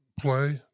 play